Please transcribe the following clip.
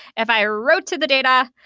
if i wrote to the data,